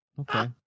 Okay